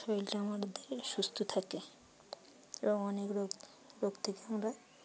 শরীরটা আমাদের সুস্থ থাকে এবং অনেক রোগ রোগ থেকে আমরা